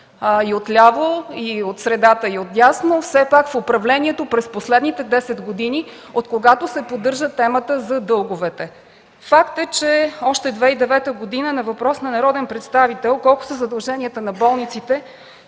и от ляво, и от средата, и от дясно все пак са били в управлението през последните десет години, откогато се поддържа темата за дълговете. Факт е, че още месец февруари 2009 г. на въпрос на народен представител колко са задълженията на болниците,